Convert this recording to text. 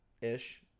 Ish